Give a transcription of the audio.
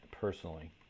personally